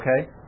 okay